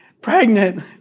pregnant